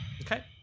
Okay